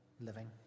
living